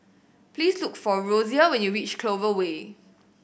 please look for Rosia when you reach Clover Way